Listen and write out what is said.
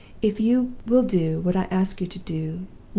if you will do what i ask you to do,